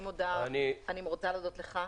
אני רוצה להודות לך,